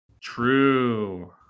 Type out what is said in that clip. True